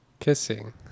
Kissing